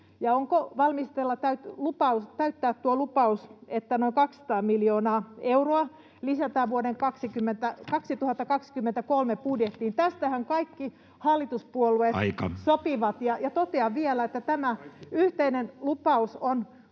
onko valmisteilla täyttää tuo lupaus, että noin 200 miljoonaa euroa lisätään vuoden 2023 budjettiin? Tästähän kaikki hallituspuolueet sopivat. [Puhemies: Aika!] Totean vielä, että tämä yhteinen lupaus on